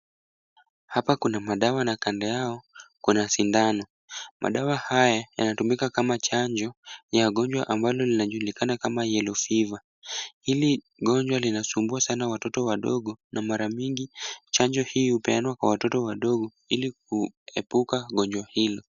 Hapa kuna madawa na kando yao kuna sindano. Madawa haya yanatumika kama chanjo ya gonjwa ambalo linajulikana kama yellow fever .Hili gonjwa linasumbua sana watoto wadogo na mara mingi chanjo hii hupeanwa kwa watoto wadogo ili kuepuka gonjwa hili.